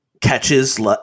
catches